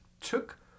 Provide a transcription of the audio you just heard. took